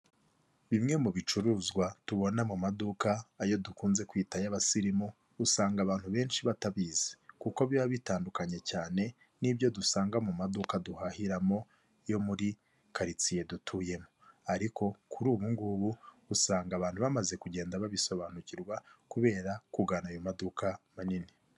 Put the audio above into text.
Bimwe mu bicuruzwa tubona mu maduka, ayo dukunze kwita y'abasirimu usanga abantu benshi batabizi, kuko biba bitandukanye cyane n'ibyo dusanga mu maduka duhahiramo yo muri karitsiye dutuyemo, ariko kuri ubungubu usanga abantu bamaze kugenda babisobanukirwa kubera kugana ayo maduka manini.